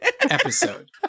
episode